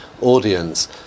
audience